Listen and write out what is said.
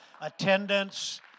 Attendance